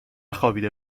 خوابیده